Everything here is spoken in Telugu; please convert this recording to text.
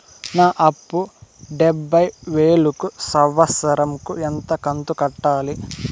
నా అప్పు యాభై వేలు కు సంవత్సరం కు ఎంత కంతు కట్టాలి?